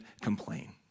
complain